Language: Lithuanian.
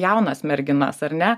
jaunas merginas ar ne